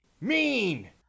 Mean